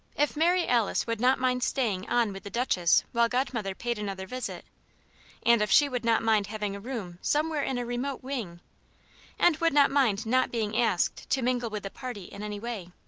if mary alice would not mind staying on with the duchess while godmother paid another visit and if she would not mind having a room somewhere in a remote wing and would not mind not being asked to mingle with the party in any way,